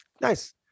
Nice